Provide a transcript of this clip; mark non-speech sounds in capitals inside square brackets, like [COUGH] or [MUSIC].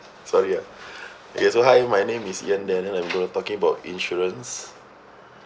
sorry ah [BREATH] okay so hi my name is yan daniel I'm going to be talking about insurance